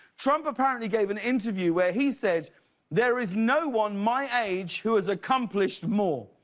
trump apparently gave an interview where he said there is no one my age who has accomplished more.